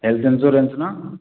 health insurance ना